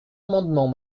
amendement